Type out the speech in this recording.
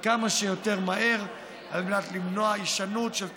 כמה שיותר מהר, על מנת למנוע הישנות של תופעות,